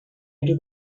into